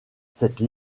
cette